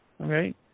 okay